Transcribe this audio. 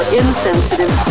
insensitive